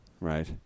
right